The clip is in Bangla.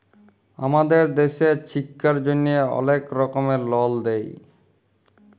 আমাদের দ্যাশে ছিক্ষার জ্যনহে অলেক রকমের লল দেয়